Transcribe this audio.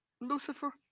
Lucifer